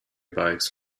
bikes